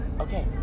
Okay